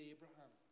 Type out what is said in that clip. Abraham